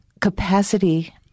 capacity